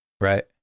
right